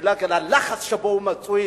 בגלל הלחץ שבו הוא מצוי,